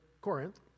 Corinth